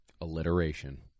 alliteration